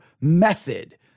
method